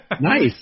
Nice